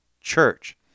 church